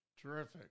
Terrific